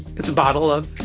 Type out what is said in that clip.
it's a bottle of